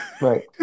Right